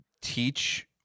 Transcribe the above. teach